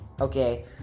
okay